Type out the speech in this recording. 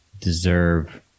deserve